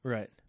Right